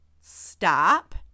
stop